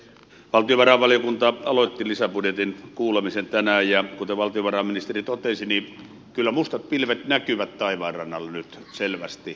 valtiovarainvaliokunta aloitti lisäbudjetin kuulemisen tänään ja kuten valtiovarainministeri totesi niin kyllä mustat pilvet näkyvät taivaanrannalla nyt selvästi